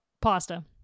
Pasta